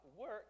work